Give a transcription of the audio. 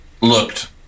looked